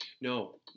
No